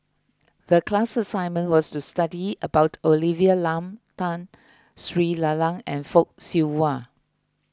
the class assignment was to study about Olivia Lum Tun Sri Lanang and Fock Siew Wah